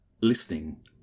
listening